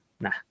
nah